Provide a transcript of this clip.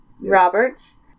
Roberts